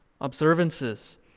observances